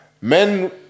men